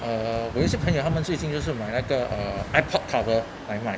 uh 我有一事朋友他们最近是买那个 uh iPod cover 买卖